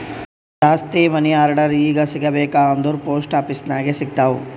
ಜಾಸ್ತಿ money order ಈಗ ಸಿಗಬೇಕ ಅಂದುರ್ ಪೋಸ್ಟ್ ಆಫೀಸ್ ನಾಗೆ ಸಿಗ್ತಾವ್